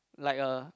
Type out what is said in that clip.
like a